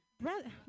Brother